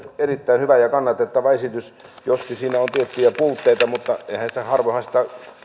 erittäin hyvä ja kannatettava esitys joskin siinä on tiettyjä puutteita mutta harvoinhan sitä jos